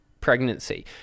pregnancy